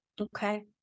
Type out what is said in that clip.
okay